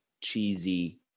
cheesy